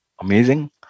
amazing